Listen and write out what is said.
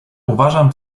uważam